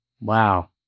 Wow